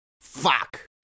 Fuck